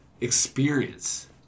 experience